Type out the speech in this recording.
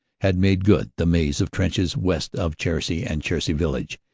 had made good the maze of trenches west of cherisy and cherisy village,